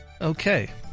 Okay